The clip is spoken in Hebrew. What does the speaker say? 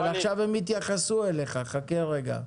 עכשיו הם יתייחסו אליך, חכה רגע.